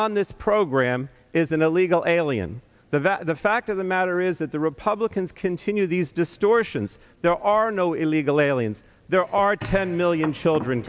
on this program is an illegal alien the vat the fact of the matter is that the republicans continue these distortions there are no illegal aliens there are ten million children